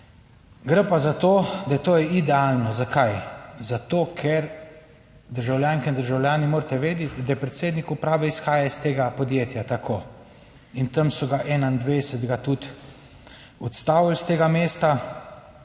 Gre pa za to, da je to idealno. Zakaj? Zato ker državljanke in državljani morate vedeti, da predsednik uprave izhaja iz tega podjetja. Tako. In tam so ga 2021., ga tudi odstavili s tega mesta.